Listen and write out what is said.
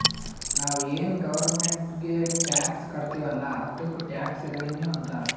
ನಾವು ಏನ್ ಗೌರ್ಮೆಂಟ್ಗ್ ಟ್ಯಾಕ್ಸ್ ಕಟ್ತಿವ್ ಅಲ್ಲ ಅದ್ದುಕ್ ಟ್ಯಾಕ್ಸ್ ರೆವಿನ್ಯೂ ಅಂತಾರ್